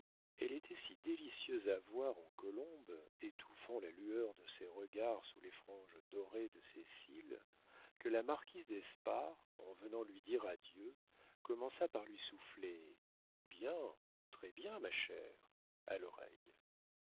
elle était si délicieuse à voir en colombe étouffant la lueur de ses regards sous les franges dorées de ses cils que la marquise d'espard en venant lui dire adieu commença par lui souffler bien très-bien ma chère à l'oreille